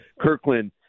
Kirkland